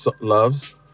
loves